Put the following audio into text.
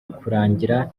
kurangira